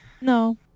No